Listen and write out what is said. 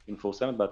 היא מפורסמת באתר.